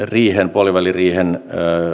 puoliväliriihen